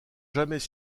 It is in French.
jamais